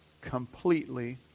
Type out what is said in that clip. completely